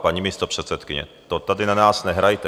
Paní místopředsedkyně, to tady na nás nehrajte.